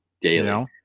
daily